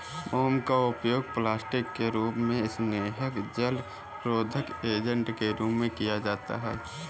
मोम का उपयोग प्लास्टिक के रूप में, स्नेहक, जलरोधक एजेंट के रूप में किया जाता है